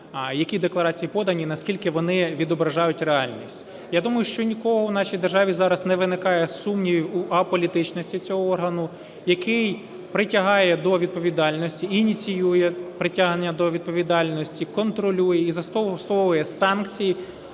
які декларації подані і наскільки вони відображають реальність. Я думаю, що ні в кого у нашій державі зараз не виникає сумнівів у аполітичності цього органу, який притягає до відповідальності і ініціює притягнення до відповідальності, контролює і застосовує санкції,